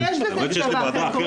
למרות שיש לזה צבע אחר,